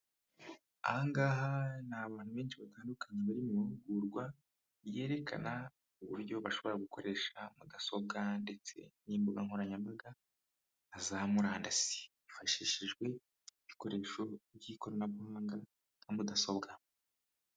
Ahangaha ni abantu benshi batandukanye bari mu mahugurwa yerekana uburyo bashobora gukoresha mudasobwa, ndetse n'imbuga nkoranyambaga nka za murandasi hifashishijwe ibikoresho by'ikoranabuhanga na mudasobwa.